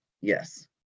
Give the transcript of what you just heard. yes